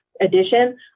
edition